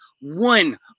one